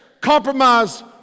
Compromise